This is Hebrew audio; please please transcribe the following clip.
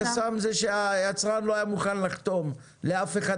החסם הוא שהיצרן לא היה מוכן לחתום לאף אחד